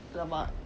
!alamak!